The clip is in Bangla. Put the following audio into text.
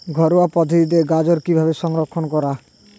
ঘরোয়া পদ্ধতিতে গাজর কিভাবে সংরক্ষণ করা?